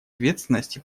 ответственности